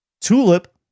Tulip